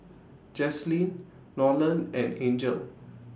Jaslene Nolen and Angel